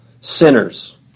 sinners